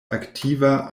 aktiva